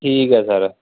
ਠੀਕ ਹੈ ਸਰ